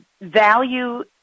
value